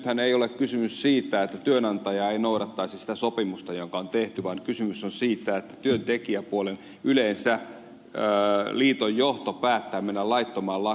nythän ei ole kysymys siitä että työnantaja ei noudattaisi sitä sopimusta joka on tehty vaan kysymys on siitä että työntekijäpuoli yleensä liiton johto päättää mennä laittomaan lakkoon